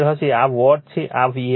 આ વોટ છે આ var છે